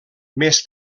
més